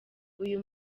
uyu